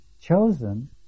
chosen